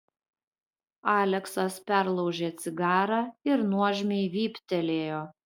aleksas perlaužė cigarą ir nuožmiai vyptelėjo